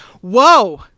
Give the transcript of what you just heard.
Whoa